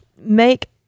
make